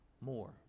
more